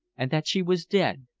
and that she was dead.